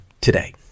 today